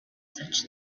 such